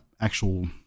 actual